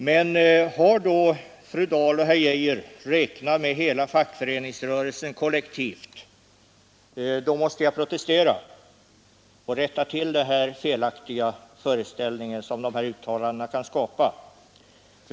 Men har då fru Dahl och herr Geijer räknat med hela fackföreningsrörelsen kollektivt? Då måste jag protestera och rätta till den felaktiga föreställning som dessa uttalanden kan skapa.